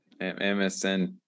MSN